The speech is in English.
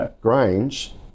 Grange